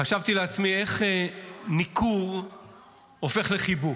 חשבתי לעצמי איך ניכור הופך לחיבוק.